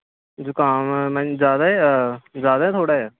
जुकाम ज्यादा थोह्ड़ा ऐ